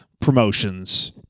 promotions